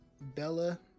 Bella